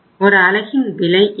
ஒரு அலகின் விலை என்ன